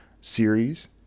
series